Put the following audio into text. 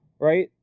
Right